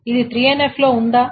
ఇది 3NF లో ఉందా